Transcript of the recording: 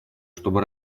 чтобы